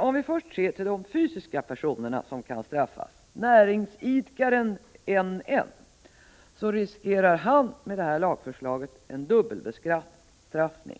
Om vi först ser till den fysiska personen som kan straffas, näringsidkaren NN, så riskerar han enligt lagförslaget en dubbelbestraffning.